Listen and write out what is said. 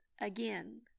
again